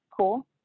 cool